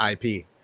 ip